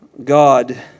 God